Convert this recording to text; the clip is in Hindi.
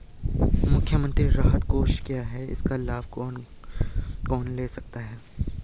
मुख्यमंत्री राहत कोष क्या है इसका लाभ कौन कौन ले सकता है?